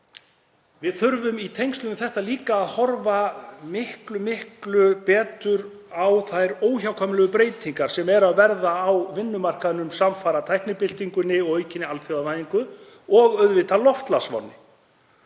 við þetta þurfum við líka að horfa miklu betur á þær óhjákvæmilegu breytingar sem eru að verða á vinnumarkaðnum samfara tæknibyltingunni og aukinni alþjóðavæðingu og auðvitað loftslagsvánni.